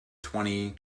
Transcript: twenty